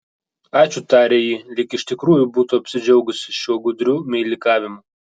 ačiū tarė ji lyg iš tikrųjų būtų apsidžiaugusi šiuo gudriu meilikavimu